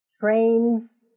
trains